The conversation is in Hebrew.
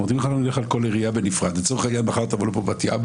אם נלך על כל עירייה בנפרד וניצור עוד חוק,